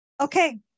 Okay